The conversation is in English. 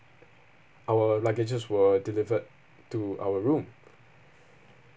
our luggages were delivered to our room